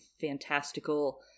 fantastical